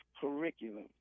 curriculum